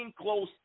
close